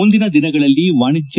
ಮುಂದಿನ ದಿನಗಳಲ್ಲಿ ವಾಣಿಜ್ಞ